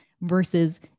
Versus